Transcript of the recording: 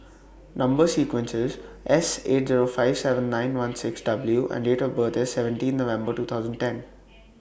Number sequence IS S eight Zero five seven nine one six W and Date of birth IS seventeen November two thousand ten